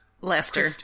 Lester